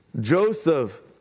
Joseph